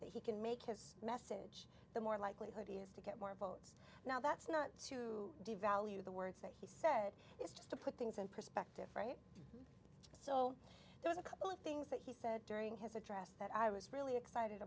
that he can make his message the more likelihood he is to get more votes now that's not to devalue the words that he said it's just to put things in perspective right so there was a couple of things that he said during his address that i was really excited